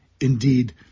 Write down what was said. Indeed